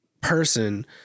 person